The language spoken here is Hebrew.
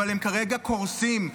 אבל הם כרגע קורסים.